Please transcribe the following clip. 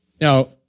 Now